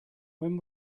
when